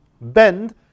bend